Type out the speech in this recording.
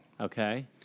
Okay